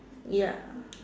ya